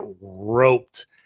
roped